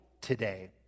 today